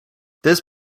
this